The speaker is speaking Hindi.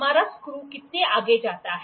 हमारा स्क्ऱू कितना आगे जाता है